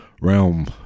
realm